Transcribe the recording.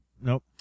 Nope